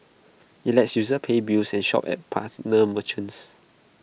IT lets users pay bills and shop at partner merchants